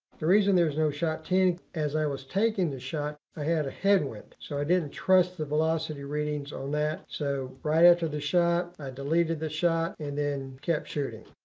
the reason there was no shot ten, as i was taking the shot, i had a headwind. so i didn't trust the velocity readings on that. so, right after the shot, i deleted the shot and then kept shooting.